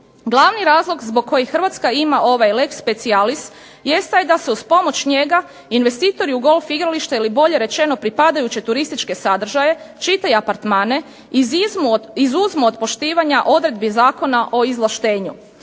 Glavni razlog zbog kojeg Hrvatska ima ovaj leg specialis jest taj da se uz pomoć njega investitori u golf igrališta ili bolje rečeno pripadajuće turističke sadržaje, čitaj apartmane, izuzmu od poštivanja odredbi Zakona o izvlaštenju,